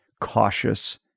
cautious